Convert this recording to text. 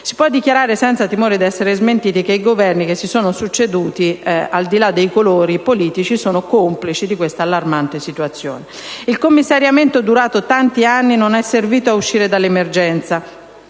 si può dichiarare, senza timore di essere smentiti, che i Governi che si sono succeduti, al di là dei colori politici, sono complici di questa allarmante situazione. Il commissariamento durato tanti anni non è servito a uscire dall'emergenza,